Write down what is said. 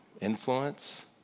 influence